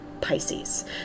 pisces